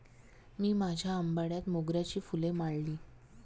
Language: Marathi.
मी माझ्या आंबाड्यात मोगऱ्याची फुले माळली